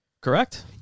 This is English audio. Correct